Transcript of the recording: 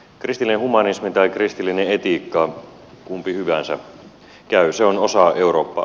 kristillinen humanismi tai kristillinen etiikka kumpi hyvänsä käy on osa eurooppaa